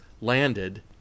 landed